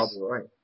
right